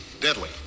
deadly